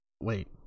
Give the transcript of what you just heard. Wait